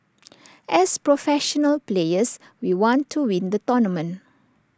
as professional players we want to win the tournament